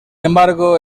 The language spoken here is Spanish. embargo